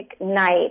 night